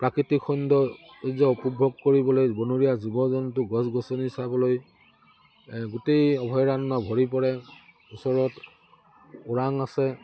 প্ৰাকৃতিক সৌন্দৰ্য উপভোগ কৰিবলৈ বনৰীয়া জীৱ জন্তু গছ গছনি চাবলৈ গোটেই অভয়াৰণ্য ভৰি পৰে ওচৰত ওৰাং আছে